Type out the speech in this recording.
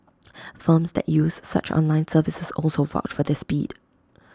firms that use such online services also vouch for their speed